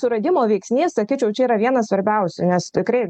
suradimo veiksnys sakyčiau čia yra vienas svarbiausių nes tikrai